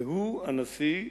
והוא, הנשיא,